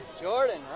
Jordan